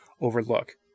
overlook